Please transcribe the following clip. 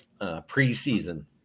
preseason